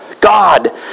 God